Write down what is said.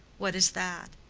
what is that?